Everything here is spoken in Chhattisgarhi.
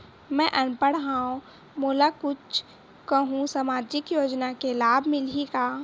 मैं अनपढ़ हाव मोला कुछ कहूं सामाजिक योजना के लाभ मिलही का?